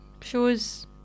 shows